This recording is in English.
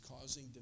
causing